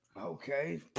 Okay